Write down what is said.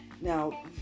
now